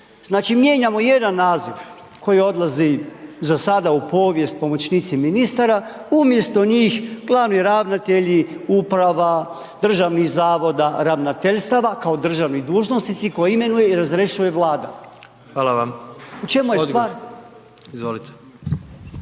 Znači mijenjamo jedan naziv koji odlazi zasada u povijest, pomoćnici ministara, umjesto njih glavni ravnatelji, uprava, državnih zavoda, ravnateljstva kao državni dužnosnici koje imenuje i razrješuje Vlada. U čemu je stvar?